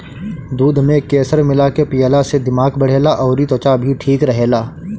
दूध में केसर मिला के पियला से दिमाग बढ़ेला अउरी त्वचा भी ठीक रहेला